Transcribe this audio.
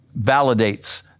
validates